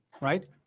right